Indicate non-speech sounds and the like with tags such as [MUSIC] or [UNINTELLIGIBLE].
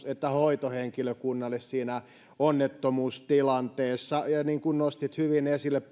[UNINTELLIGIBLE] että hoitohenkilökunnalle siinä onnettomuustilanteessa ja niin kuin nostit hyvin esille [UNINTELLIGIBLE]